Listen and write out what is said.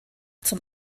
zum